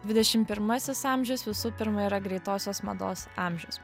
dvidešim pirmasis amžius visų pirma yra greitosios mados amžius